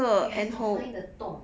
you have to find the 洞